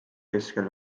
keskel